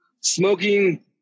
smoking